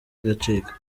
igacika